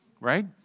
right